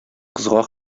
кызга